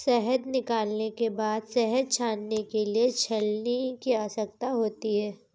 शहद निकालने के बाद शहद छानने के लिए छलनी की आवश्यकता होती है